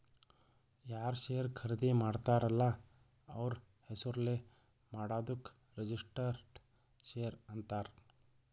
ಯಾರ್ ಶೇರ್ ಖರ್ದಿ ಮಾಡ್ತಾರ ಅಲ್ಲ ಅವ್ರ ಹೆಸುರ್ಲೇ ಮಾಡಾದುಕ್ ರಿಜಿಸ್ಟರ್ಡ್ ಶೇರ್ ಅಂತಾರ್